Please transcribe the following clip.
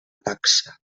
taxa